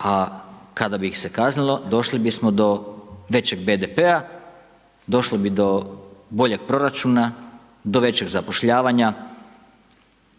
A kada bi ih se kaznilo, došli bismo do većeg BDP-a, došlo bi do boljeg proračuna, do većeg zapošljavanja,